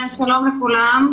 שלום לכולם.